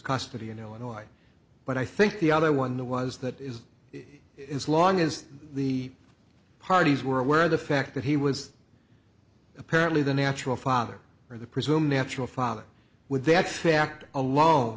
custody in illinois but i think the other one the was that is it is long is the parties were aware of the fact that he was apparently the natural father or the presume natural father would they actual